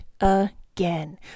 again